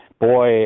boy